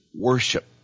worship